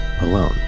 alone